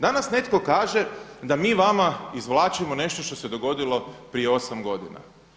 Danas netko kaže da mi vama izvlačimo nešto što se dogodilo prije 8 godina.